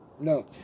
No